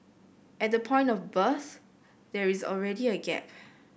at the point of birth there is already a gap